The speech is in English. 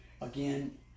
Again